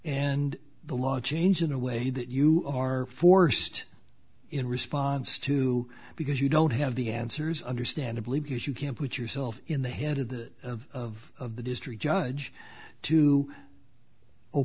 and the law changed in a way that you are forced in response to because you don't have the answers understandably because you can't put yourself in the head of that of the district judge to o